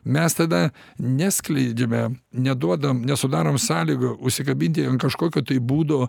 mes tada neskleidžiame neduodam nesudarom sąlygų užsikabinti ant kažkokio būdo